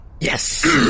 Yes